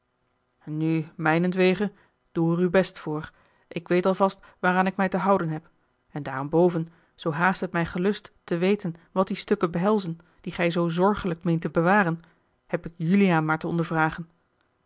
nu mijnentwege doe er uw best voor ik weet al vast waaraan ik mij te houden heb en daarenboven zoo haast het mij gelust te weten wat die stukken behelzen die gij zoo zorgelijk meent te bewaren heb ik juliaan maar te